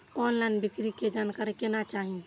Online बिक्री के जानकारी केना चाही?